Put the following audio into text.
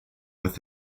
with